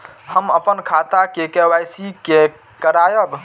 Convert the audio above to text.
हम अपन खाता के के.वाई.सी के करायब?